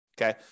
Okay